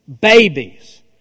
babies